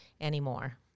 anymore